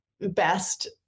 best